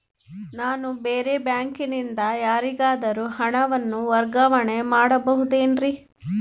ನಾನು ಬೇರೆ ಬ್ಯಾಂಕಿನಿಂದ ಯಾರಿಗಾದರೂ ಹಣವನ್ನು ವರ್ಗಾವಣೆ ಮಾಡಬಹುದೇನ್ರಿ?